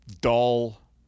dull